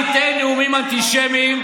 אל תיתן נאומים אנטישמיים,